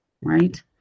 right